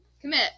Commit